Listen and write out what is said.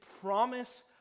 promise